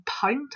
Pint